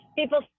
people